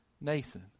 Nathan